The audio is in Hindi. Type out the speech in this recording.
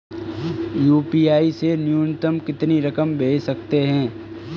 यू.पी.आई से न्यूनतम कितनी रकम भेज सकते हैं?